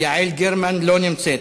יעל גרמן, לא נמצאת.